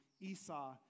Esau